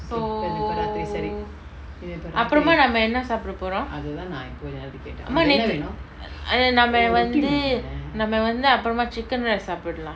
so அப்பரமா நம்ம என்ன சாப்ட போரோ:apparama namma enna saapda poro ammane ah ஆனா நாம வந்து நாம வந்து அப்ரமா:aana nama vanthu nama vanthu aprama chicken rice சாப்டலா:saapdala